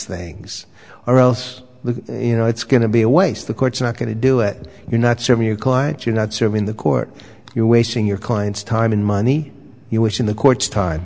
things or else you know it's going to be a waste the court's not going to do it you're not serving your client you're not serving the court you're wasting your client's time and money you wish in the court's time